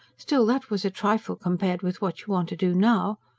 still, that was a trifle compared with what you want to do now.